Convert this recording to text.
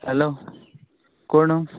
hello कोण